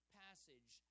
passage